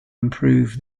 improve